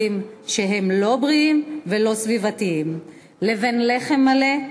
שהם לא בריאים ולא סביבתיים לבין לחם מלא,